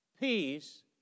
Peace